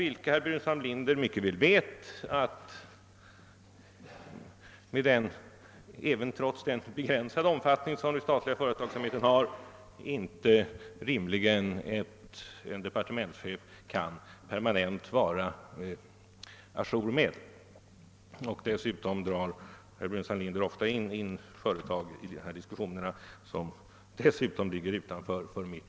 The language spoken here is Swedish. Herr Burenstam Linder vet emellertid mycket väl att även om den statliga företagsamheten har en begränsad omfattning kan en departementschef rimligen inte vara så å jour med utvecklingen att han känner till alla siffror som rör den, och herr Burenstam Linder bör därför inte anföra exempel där sådana sifferuppgifter åberopas.